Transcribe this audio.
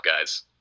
guys